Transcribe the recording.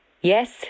Yes